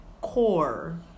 core